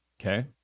Okay